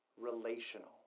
relational